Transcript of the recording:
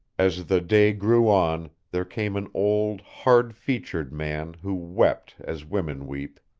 as the day grew on there came an old, hard-featured man who wept as women weep.